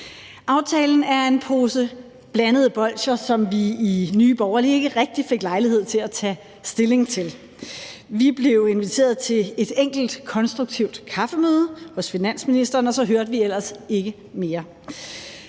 Aftalen er en pose blandede bolsjer, som vi i Nye Borgerlige ikke rigtig fik lejlighed til at tage stilling til. Vi blev inviteret til et enkelt konstruktivt kaffemøde hos finansministeren, og så hørte vi ellers ikke mere.